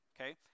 okay